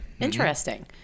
interesting